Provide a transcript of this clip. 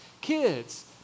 Kids